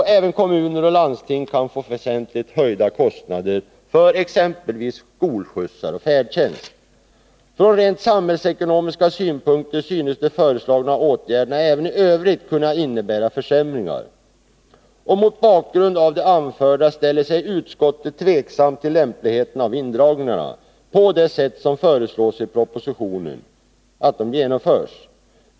Även kommuner och landsting kan få väsentligt höjda kostnader för exempelvis skolskjutsar och färdtjänst. Från rent samhällsekonomiska synpunkter synes de föreslagna åtgärderna även i övrigt kunna innebära försämringar. Mot bakgrund av det anförda ställer sig utskottet tveksamt till lämpligheten av att indragningarna, på det sätt som föreslås i propositionen, genomförs.